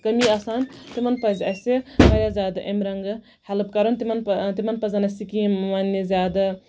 کٔمی آسان تِمن پَزِ اَسہِ واریاہ زیادٕ اَمہِ رَنگہٕ ہٮ۪لٕپ کَرٕنۍ تِمن پَزِ اَسہِ سِکیٖمہٕ وَنٕنہِ زیادٕ